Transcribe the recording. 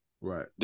Right